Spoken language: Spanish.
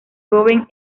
joven